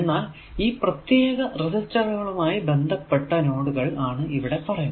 എന്നാൽ ഈ പ്രത്യേക റെസിസ്റ്ററുമായി ബന്ധപ്പെട്ട നോഡുകൾ ആണ് ഇവിടെ പറയുന്നത്